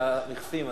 על המכסים,